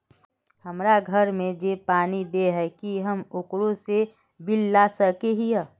हमरा घर में जे पानी दे है की हम ओकरो से बिल ला सके हिये?